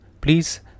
please